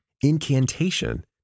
incantation